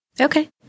Okay